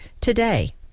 today